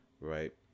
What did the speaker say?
right